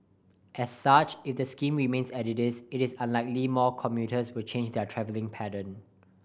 as such if the scheme remains as it is it is unlikely more commuters will change their travelling pattern